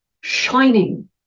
shining